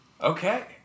okay